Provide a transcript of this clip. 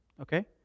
Okay